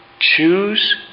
Choose